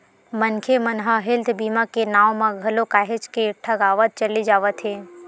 मनखे मन ह हेल्थ बीमा के नांव म घलो काहेच के ठगावत चले जावत हे